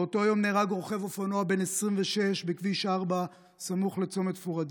באותו יום נהרג רוכב אופנוע בן 26 בכביש 4 סמוך לצומת פוריידיס.